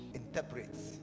interprets